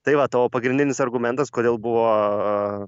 tai va tavo pagrindinis argumentas kodėl buvo